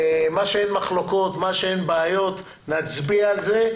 מה שאין במחלוקות, מה שאין בעיות, נצביע על זה.